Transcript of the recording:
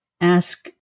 ask